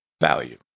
value